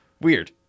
weird